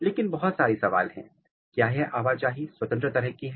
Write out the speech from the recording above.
लेकिन बहुत सारे सवाल हैं क्या यह आवाजाही स्वतंत्र तरह का है